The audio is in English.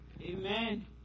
Amen